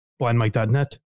blindmike.net